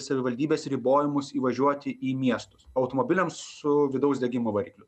savivaldybės ribojimus įvažiuoti į miestus automobiliams su vidaus degimo varikliu